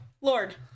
Lord